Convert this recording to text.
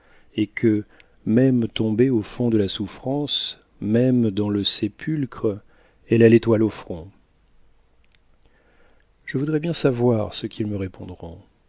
et que même tombée au fond de la souffrance même dans le sépulcre elle a l'étoile au front je voudrais bien savoir ce qu'ils me répondront